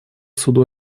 суду